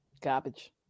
Garbage